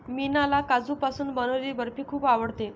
मीनाला काजूपासून बनवलेली बर्फी खूप आवडते